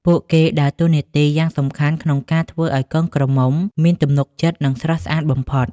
ពួកគេដើរតួនាទីយ៉ាងសំខាន់ក្នុងការធ្វើឱ្យកូនក្រមុំមានទំនុកចិត្ត និងស្រស់ស្អាតបំផុត។